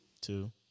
Two